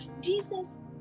Jesus